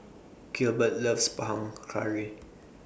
Gilbert loves Panang Curry